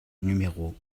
numéro